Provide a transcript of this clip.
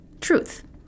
Truth